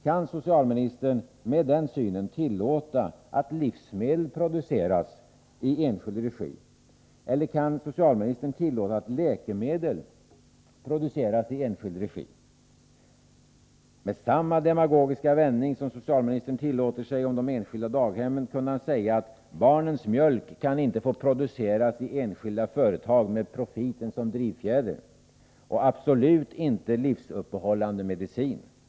Kan socialministern med en sådan syn tillåta att livsmedel produceras i enskild regi? Eller kan socialministern tillåta att läkemedel produceras i enskild regi? Med samma demagogiska vändning som socialministern tillåter sig beträffande de enskilda daghemmen kunde man säga att barnens mjölk inte kan få produceras i enskilda företag med profiten som drivfjäder, och ännu mindre skulle livsuppehållande mediciner få göra det.